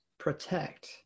protect